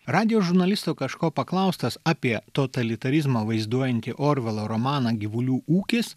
radijo žurnalisto kažko paklaustas apie totalitarizmą vaizduojantį orvelo romaną gyvulių ūkis